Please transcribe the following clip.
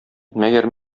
мәгәр